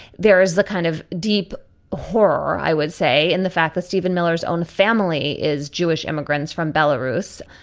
there is the kind of deep horror, i would say, in the fact that stephen miller's own family is jewish immigrants from belarus,